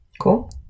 Cool